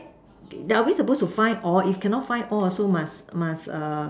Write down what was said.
okay are we suppose to find all if cannot find all also must must err